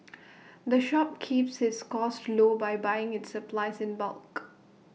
the shop keeps its costs low by buying its supplies in bulk